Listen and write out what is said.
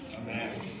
Amen